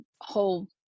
whole